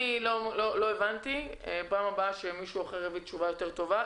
לא הבנתי, שפעם הבאה מישהו יביא תשובה יותר טובה.